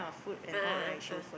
a'ah a'ah ah